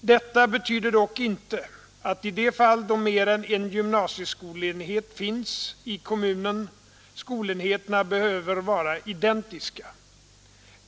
Detta betyder dock inte att i de fall då mer än en gymnasieskolenhet finns i kommunen skolenheterna behöver vara identiska.